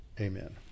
Amen